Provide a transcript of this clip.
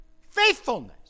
faithfulness